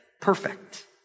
perfect